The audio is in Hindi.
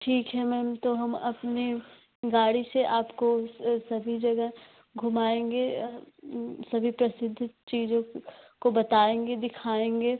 ठीक है मैम तो हम अपने गाड़ी से आपको सभी जगह घुमाएँगे सभी प्रसिद्ध चीज़ों को बताएँगे दिखाएँगे